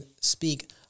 speak